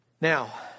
Now